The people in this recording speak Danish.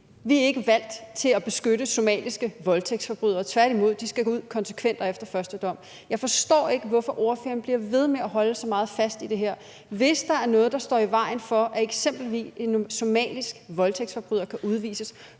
Vi er ikke valgt til at beskytte somaliske voldtægtsforbrydere. Tværtimod, de skal ud konsekvent og efter første dom. Jeg forstår ikke, hvorfor ordføreren bliver ved med at holde så meget fast i det her. Hvis der er noget, der står i vejen for, at eksempelvis en somalisk voldtægtsforbryder kan udvises,